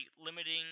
limiting